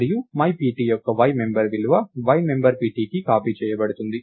మరియు myPt యొక్క y member విలువ y మెంబర్ pt కి కాపీ చేయబడుతుంది